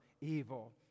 evil